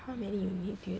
how many you need dude